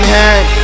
hand